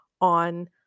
on